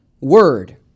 word